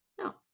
No